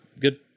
good